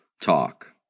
talk